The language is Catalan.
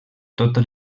tota